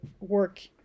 work